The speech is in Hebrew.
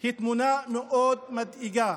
היא תמונה מאוד מדאיגה: